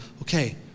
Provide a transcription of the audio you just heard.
okay